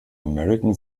american